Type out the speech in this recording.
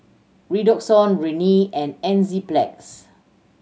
Redoxon Rene and Enzyplex